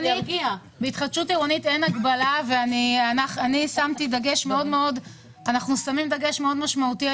בהתחדשות עירונית אין הגבלה ואני שמתי דגש מאוד משמעותי על